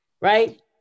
right